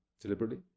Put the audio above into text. deliberately